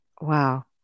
Wow